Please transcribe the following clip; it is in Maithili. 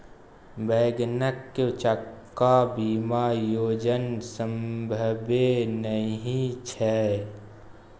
बैंगनक चक्का बिना सोजन संभवे नहि छै